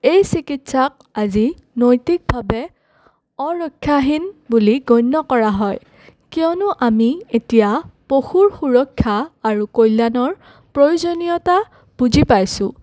এই চিকিৎসাক আজি নৈতিকভাৱে অৰক্ষাহীন বুলি গণ্য কৰা হয় কিয়নো আমি এতিয়া পশুৰ সুৰক্ষা আৰু কল্যাণৰ প্ৰয়োজনীয়তা বুজি পাইছোঁ